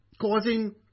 causing